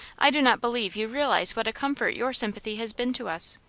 i do not believe you realize what a comfort your sympathy has been to us.